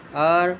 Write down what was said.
اور